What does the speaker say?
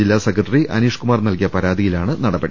ജില്ലാ സെക്രട്ടറി അനീഷ് കുമാർ നൽകിയ പരാതിയിലാണ് നടപടി